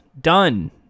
done